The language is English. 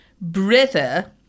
brother